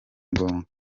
ngombwa